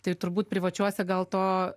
tai turbūt privačiuose gal to